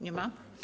Nie ma.